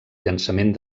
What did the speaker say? llançament